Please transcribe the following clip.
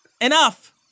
Enough